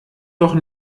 doch